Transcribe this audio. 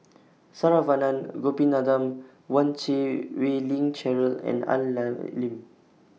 Saravanan Gopinathan one Chan Wei Ling Cheryl and Al Lim